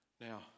Now